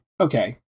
okay